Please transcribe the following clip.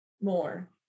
more